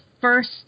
first